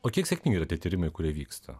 o kiek sėkmingi yra tie tyrimai kurie vyksta